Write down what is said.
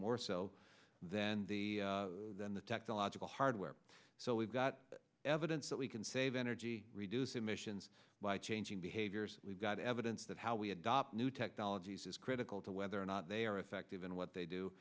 more so than the than the technological hardware so we've got evidence that we can save energy reduce emissions by changing behaviors we've got evidence that how we adopt new jesus critical to whether or not they are effective in what they do